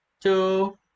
two